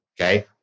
okay